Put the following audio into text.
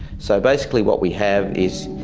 so basically what we have is,